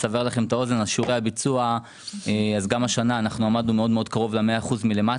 בשיעורי הביצוע בתקציב ההמשכי עמדנו השנה מאוד קרוב ל-100% מלמטה.